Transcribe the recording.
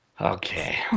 Okay